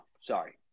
sorry